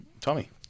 Tommy